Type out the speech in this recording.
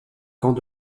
camp